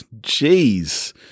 jeez